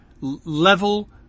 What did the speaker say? level